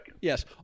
Yes